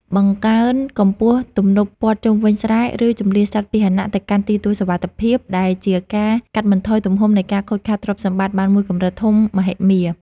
បង្កើនកម្ពស់ទំនប់ព័ទ្ធជុំវិញស្រែ ឬជម្លៀសសត្វពាហនៈទៅកាន់ទីទួលសុវត្ថិភាព ដែលជាការកាត់បន្ថយទំហំនៃការខូចខាតទ្រព្យសម្បត្តិបានមួយកម្រិតធំមហិមា។